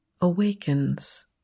awakens